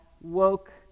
woke